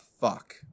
fuck